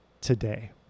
today